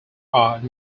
are